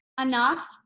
enough